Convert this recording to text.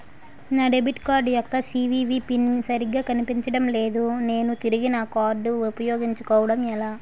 నా debit card యెక్క CVV pin సరిగా కనిపించడం లేదు నేను తిరిగి నా కార్డ్ఉ పయోగించుకోవడం ఎలా?